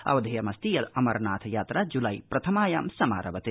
अवधेयमस्ति यदमरनाथयात्रा जुलाई प्रथमायां समारभते